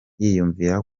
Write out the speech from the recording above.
yiyumvira